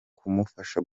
kumufasha